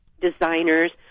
designers